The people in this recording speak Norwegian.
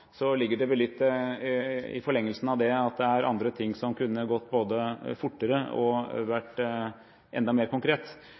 det vel litt i forlengelsen av det at det er andre ting som kunne gått både fortere og